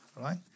right